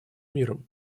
миром